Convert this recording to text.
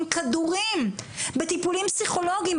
עם כדורים בטיפולים פסיכולוגים,